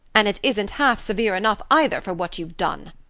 and it isn't half severe enough either for what you've done!